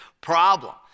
problem